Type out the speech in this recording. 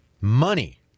money